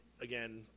again